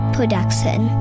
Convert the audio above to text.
Production